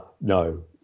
No